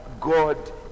God